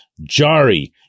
Jari